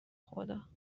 خدا